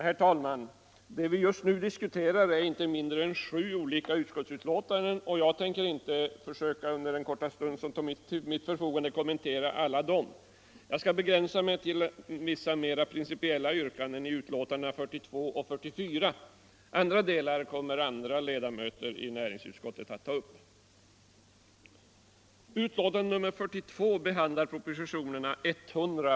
Herr talman! Vi diskuterar just nu inte mindre än sju olika utskottsbetänkanden, och jag tänker inte försöka att under den korta stund som står till mitt förfogande kommentera alla dessa. Jag skall begränsa mig till vissa mer principiella yrkanden i näringsutskottets betänkanden 42 och 44. Övriga betänkanden kommer andra ledamöter av näringsutskottet att ta upp. Betänkandet 42 behandlar propositionerna 100 bil.